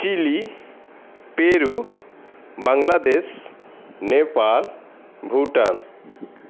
chilli Peru Bangladesh Nepal Bhutan